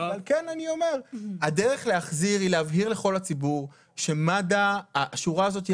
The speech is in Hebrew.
על כן הדרך להחזיר היא להבהיר לכל הציבור שהשורה הזאת ירדה,